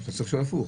אתה צריך לשאול הפוך.